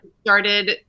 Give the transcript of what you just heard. started